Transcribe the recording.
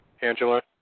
Angela